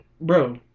Bro